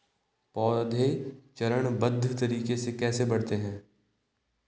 पौधे चरणबद्ध तरीके से कैसे बढ़ते हैं?